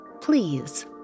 please